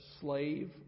slave